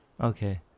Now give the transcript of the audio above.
Okay